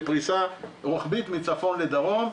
בפריסה רוחבית מצפון לדרום,